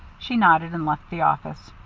she nodded and left the office.